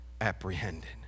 apprehended